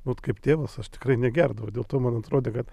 vat kaip tėvas aš tikrai negerdavau dėl to man atrodė kad